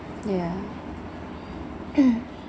yeah